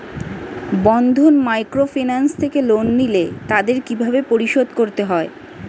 বন্ধন microfinance থেকে loan নিলে তাদের কিভাবে পরিশোধ করতে হয়?